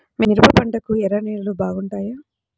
మిరప పంటకు ఎర్ర నేలలు బాగుంటాయా?